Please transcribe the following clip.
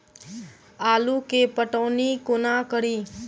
आलु केँ पटौनी कोना कड़ी?